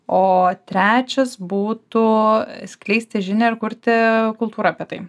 o trečias būtų skleisti žinią ir kurti kultūrą apie tai